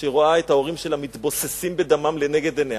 כשהיא רואה את ההורים שלה מתבוססים בדמם לנגד עיניה.